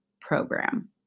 Program